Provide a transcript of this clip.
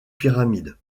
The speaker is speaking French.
pyramide